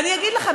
ואני אגיד לכם,